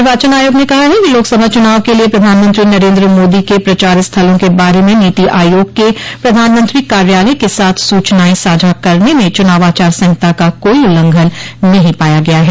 निर्वाचन आयोग ने कहा है कि लोकसभा चुनाव के लिए प्रधानमंत्री नरेन्द्र मोदी के प्रचार स्थलों के बारे में नीति आयोग के प्रधानमंत्री कार्यालय के साथ सूचनाएं साझा करने में चुनाव आचार संहिता का कोई उल्लंघन नहीं पाया गया है